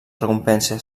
recompensa